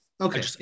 Okay